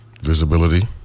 visibility